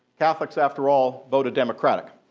catholics, after all, voted democratic.